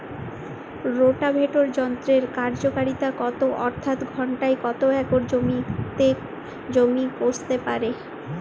Rotavator যন্ত্রের কার্যকারিতা কত অর্থাৎ ঘণ্টায় কত একর জমি কষতে পারে?